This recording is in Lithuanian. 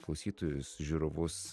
klausytojus žiūrovus